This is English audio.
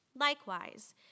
Likewise